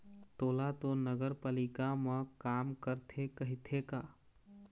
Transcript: तोला तो नगरपालिका म काम करथे कहिथे का?